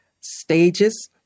stages